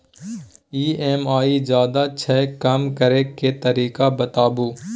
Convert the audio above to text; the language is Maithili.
ई.एम.आई ज्यादा छै कम करै के तरीका बताबू?